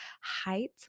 height